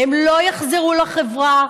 והם לא יחזרו לחברה.